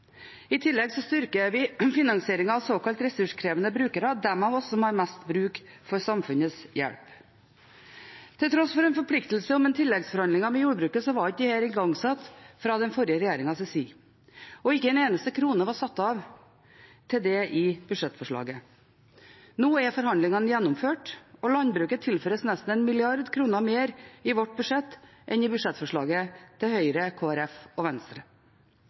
I tillegg styrker vi finansieringen av såkalt ressurskrevende brukere, dem av oss som har mest bruk for samfunnets hjelp. Til tross for en forpliktelse om tilleggsforhandlinger med jordbruket var ikke disse igangsatt fra den forrige regjeringens side, og ikke en eneste krone var satt av til det i budsjettforslaget. Nå er forhandlingene gjennomført, og landbruket tilføres nesten 1 mrd. kr mer i vårt budsjett enn i budsjettforslaget til Høyre, Kristelig Folkeparti og Venstre.